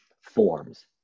forms